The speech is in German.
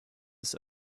des